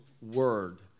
word